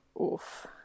oof